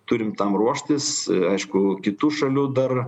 turim tam ruoštis aišku kitų šalių dar